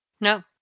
No